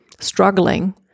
struggling